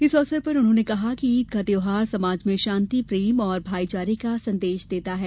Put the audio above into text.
इस अवसर पर उन्होंने कहा कि ईद का त्यौहार समाज में शांति प्रेम और भाईचारे का संदेश देता है